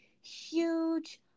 huge